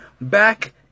Back